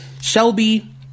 Shelby